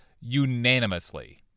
unanimously